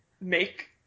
make